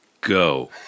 Go